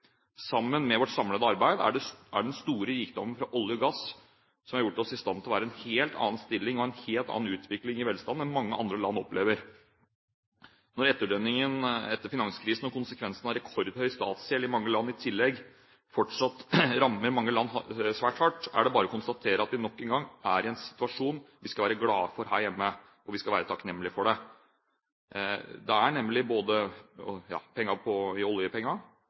Sammen med vårt samlede arbeid er det den store rikdommen fra olje og gass som har gjort oss i stand til å være i en helt annen stilling, og å ha en helt annen utvikling i velstanden enn mange andre land. Når etterdønningene etter finanskrisen og konsekvensene av rekordhøy statsgjeld i mange land i tillegg fortsatt rammer disse landene svært hardt, er det bare å konstatere at vi nok en gang er i en situasjonen vi skal være glade for her hjemme, og vi skal være takknemlige for det. Takket være både oljepengene og det at vi er svært flinke til å stå på